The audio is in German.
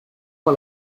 mal